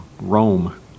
Rome